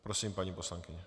Prosím, paní poslankyně.